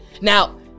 Now